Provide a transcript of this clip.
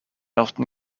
often